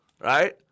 right